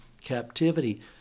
captivity